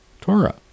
Torah